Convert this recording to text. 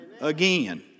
again